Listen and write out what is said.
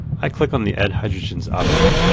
i click on the add hydrogens option.